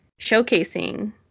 showcasing